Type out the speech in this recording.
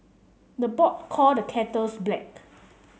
the pot call the kettles black